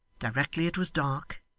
directly it was dark,